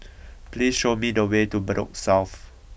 please show me the way to Bedok South